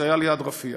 זה היה ליד רפיח.